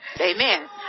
Amen